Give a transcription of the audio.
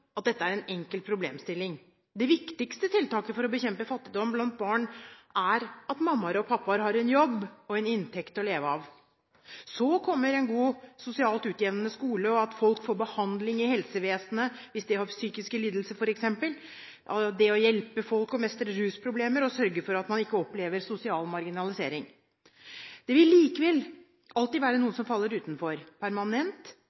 at dette er en enkel problemstilling. Det viktigste tiltaket for å bekjempe fattigdom blant barn er at mammaer og pappaer har en jobb og en inntekt til å leve av. Så kommer en god, sosialt utjevnende skole, at folk får behandling i helsevesenet – f.eks. hvis de har psykiske lidelser – og at folk får hjelp til å mestre rusproblemer og å sørge for at folk ikke opplever sosial marginalisering. Det vil likevel alltid være noen som faller utenfor, permanent